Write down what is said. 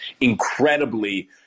incredibly